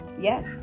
Yes